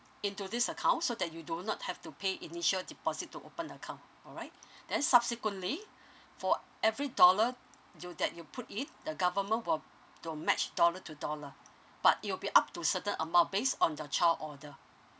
into this account so that you do not have to pay initial deposit to open account alright then subsequently for every dollar you that you put in the government will will match dollar to dollar but it'll be up to certain amount based on your child order